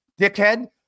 dickhead